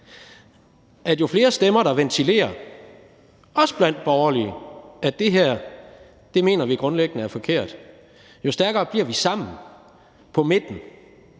at jo flere stemmer der ventilerer, også blandt borgerlige, at det her mener man grundlæggende er forkert, jo stærkere bliver vi sammen på midten,